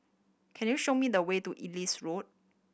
can you show me the way to Ellis Road